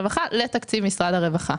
לתקציב משרד הרווחה.